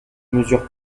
mesure